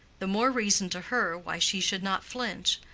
the more reason to her why she should not flinch,